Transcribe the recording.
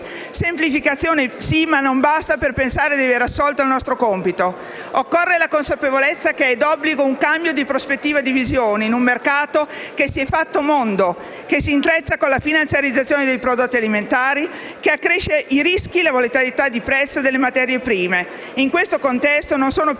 Semplificazione sì, ma non basta per pensare di aver assolto al nostro compito. Occorre la consapevolezza che è d'obbligo un cambio di prospettiva e di visione, in un mercato che si è fatto mondo, che si intreccia con la finanziarizzazione dei prodotti alimentari, che accresce i rischi e la volatilità di prezzo delle materie prime. In questo contesto, non sono più